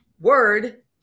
Word